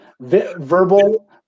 verbal